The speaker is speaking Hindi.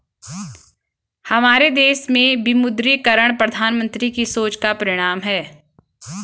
हमारे देश में विमुद्रीकरण प्रधानमन्त्री की सोच का परिणाम है